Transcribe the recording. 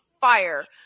fire